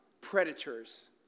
predators